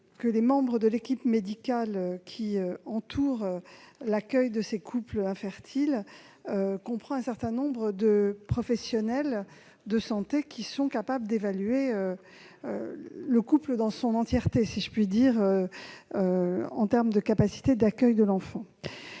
que l'équipe médicale qui entoure ces couples infertiles comprend un certain nombre de professionnels de santé capables d'évaluer le couple dans son entièreté, si je puis dire, en termes de capacités d'accueil de l'enfant.